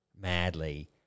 madly